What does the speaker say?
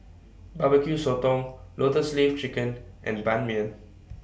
Barbecue Sotong Lotus Leaf Chicken and Ban Mian